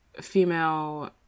female